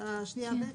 השנייה ב'?